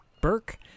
Burke